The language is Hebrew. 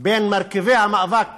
בין מרכיבי המאבק